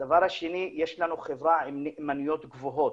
הדבר השני, יש לנו חברה עם נאמנויות גבוהות,